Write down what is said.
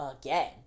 again